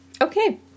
Okay